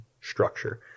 structure